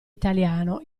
italiano